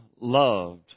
loved